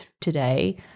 today